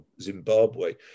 Zimbabwe